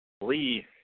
Lee